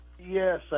Yes